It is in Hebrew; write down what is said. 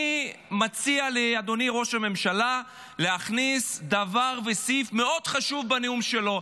אני מציע לאדוני ראש הממשלה להכניס סעיף מאוד חשוב בנאום שלו: